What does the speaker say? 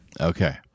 Okay